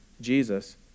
Jesus